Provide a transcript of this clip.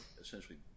Essentially